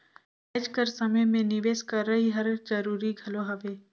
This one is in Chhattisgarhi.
आएज कर समे में निवेस करई हर जरूरी घलो हवे